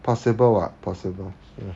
possible [what] possible